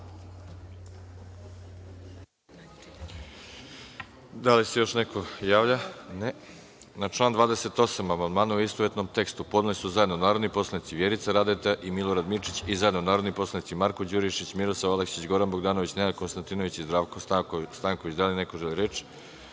Da li neko želi reč? (Ne)Na član 28. amandmane, u istovetnom tekstu, podneli su zajedno narodni poslanici Vjerica Radeta i Milorad Mirčić i zajedno narodni poslanici Marko Đurišić, Miroslav Aleksić, Goran Bogdanović, Nenad Konstantinović i Zdravko Stanković. Da li neko želi reč? Reč